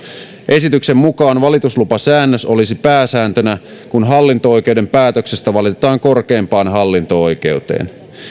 esityksen mukaan valituslupasäännös olisi pääsääntönä kun hallinto oikeuden päätöksestä valitetaan korkeimpaan hallinto oikeuteen